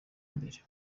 mbere